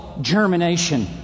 germination